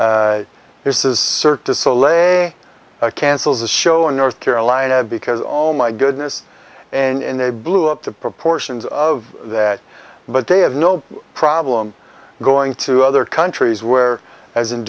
lay cancels a show on north carolina because oh my goodness and they blew up the proportions of that but they have no problem going to other countries where as